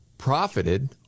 profited